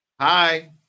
Hi